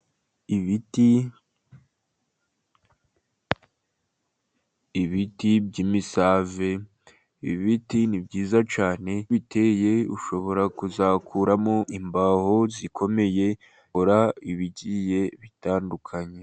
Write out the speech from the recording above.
Ibiti, ibiti by'imisave, ibiti ni byiza cyane, iyo ubiteye ushobora kuzakuramo imbaho zikomeye, zikora ibigiye bitandukanye.